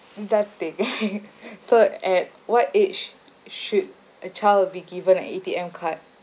that thing so at what age should a child be given an A_T_M card